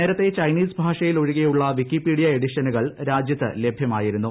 നേരത്തെ ചൈനീസ് ഭാഷയ്ീലൊഴികെയുള്ള വിക്കിപീഡിയ എഡിഷനുകൾ രാജ്യത്ത് ലഭ്യമായിരുന്നു